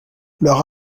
leur